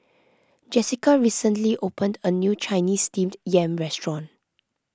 Jessika recently opened a new Chinese Steamed Yam restaurant